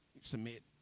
submit